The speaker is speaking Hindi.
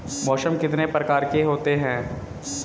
मौसम कितने प्रकार के होते हैं?